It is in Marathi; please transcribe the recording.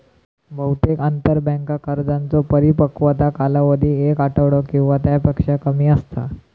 बहुतेक आंतरबँक कर्जांचो परिपक्वता कालावधी एक आठवडो किंवा त्यापेक्षा कमी असता